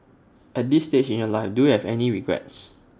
at this stage in your life do you have any regrets